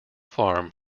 farm